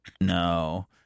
No